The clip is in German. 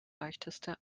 leichteste